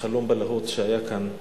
לחלום בלהות שהיה כאן,